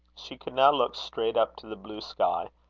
she could now look straight up to the blue sky,